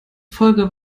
folge